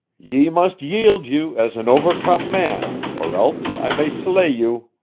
ye must yield you as an overcome man, or else i may slay you.